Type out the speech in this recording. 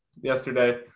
yesterday